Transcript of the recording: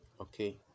okay